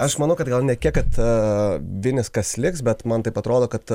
aš manau kad gal ne kiek ta vinis kas liks bet man taip atrodo kad